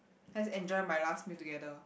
let's enjoy my last meal together